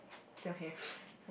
don't have